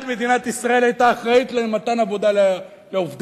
מדינת ישראל היתה אחראית למתן עבודה לעובדיה.